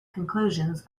conclusions